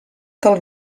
del